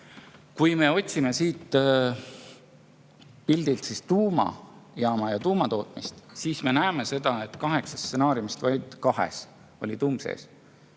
Kui me otsime siit pildilt tuumajaama ja tuumatootmist, siis me näeme, et kaheksast stsenaariumist vaid kahes oli tuum sees.